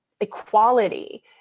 equality